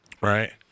right